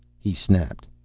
he snapped.